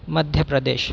Madhya Pradesh